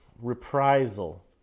reprisal